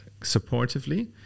supportively